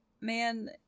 man